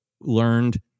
learned